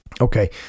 okay